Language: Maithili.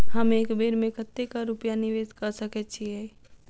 हम एक बेर मे कतेक रूपया निवेश कऽ सकैत छीयै?